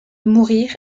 mourir